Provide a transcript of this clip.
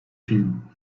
film